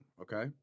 Okay